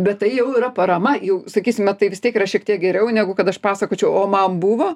bet tai jau yra parama jau sakysime tai vis tiek yra šiek tiek geriau negu kad aš pasakočiau o man buvo